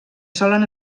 solen